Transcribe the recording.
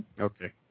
Okay